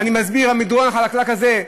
ואני מסביר: המדרון החלקלק הזה,